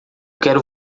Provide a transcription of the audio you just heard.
quero